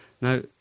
Now